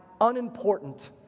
unimportant